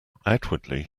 outwardly